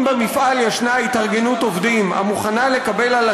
אם במפעל יש התארגנות עובדים המוכנה לקבל על